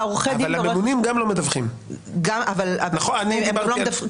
עורכי הדין --- אבל הממונים גם לא מדווחים.